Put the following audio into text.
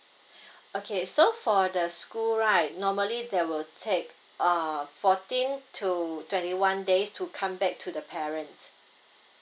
okay so for the school right normally they will take uh fourteen to twenty one days to come back to the parents